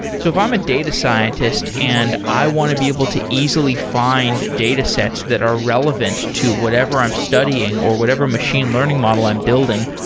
so if i'm a data scientist and i want to be able to easily find datasets that are relevant to whatever i'm studying or whatever machine learning model i'm building,